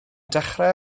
dechrau